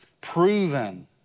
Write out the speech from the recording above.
proven